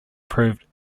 proved